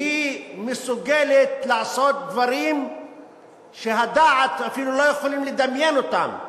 שהיא מסוגלת לעשות דברים שאפילו לא יכולים לדמיין אותם,